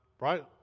right